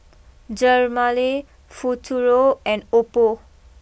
Dermale Futuro and Oppo